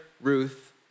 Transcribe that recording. Ruth